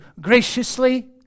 graciously